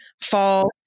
fall